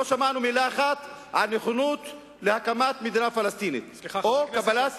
לא שמענו מלה אחת על נכונות להקמת מדינה פלסטינית או לקבלת,